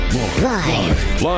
Live